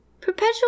Perpetual